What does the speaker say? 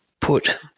put